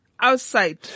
Outside